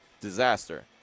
disaster